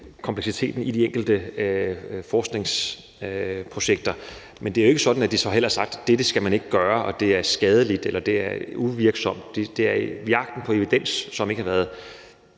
kompleksiteten i de enkelte forskningsprojekter – at man så har sagt, at det her skal man ikke gøre, og at det er skadeligt, eller at det er uvirksomt. Det er i jagten på evidens, hvor forsøget